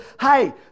Hey